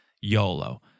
YOLO